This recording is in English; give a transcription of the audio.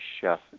chef